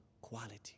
quality